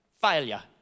Failure